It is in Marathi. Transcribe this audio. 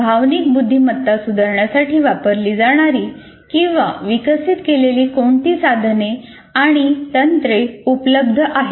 भावनिक बुद्धिमत्ता सुधारण्यासाठी वापरली जाणारी किंवा विकसित केलेली कोणती साधने आणि तंत्रे उपलब्ध आहेत